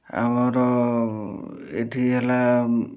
ଆମର ଏଠି ହେଲା